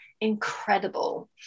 incredible